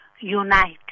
unite